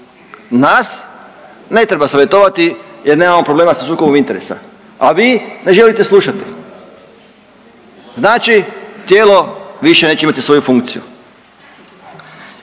Nas ne treba savjetovati jer nemamo problema sa sukobom interesa, a vi ne želite slušati. Znači tijelo više neće imati svoju funkciju.